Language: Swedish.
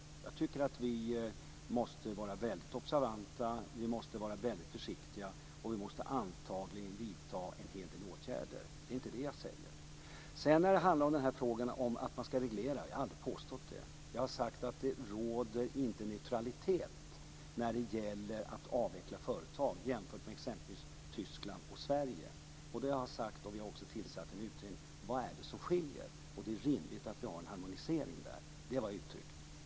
Jag tycker att vi måste vara väldigt observanta, vi måste vara väldigt försiktiga och vi måste antagligen vidta en hel del åtgärder. Jag har aldrig påstått att man ska reglera. Jag har sagt att det inte råder neutralitet mellan t.ex. Tyskland och Sverige när det gäller att avveckla företag. Vi har också tillsatt en utredning för att se vad det är som skiljer. Det rimligt att vi har en harmonisering här. Det är vad jag har uttryckt.